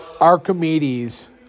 Archimedes